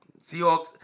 Seahawks